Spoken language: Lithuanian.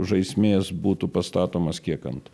žaismės būtų pastatomas kiek ant